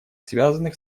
связанных